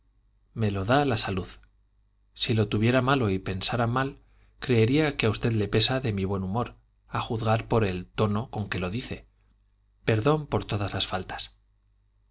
me lo da la salud si lo tuviera malo y pensara mal creería que a usted le pesa de mi buen humor a juzgar por el tono con que lo dice perdón por todas las faltas